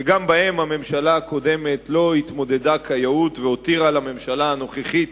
שגם בהם הממשלה הקודמת לא התמודדה כיאות והותירה לממשלה הנוכחית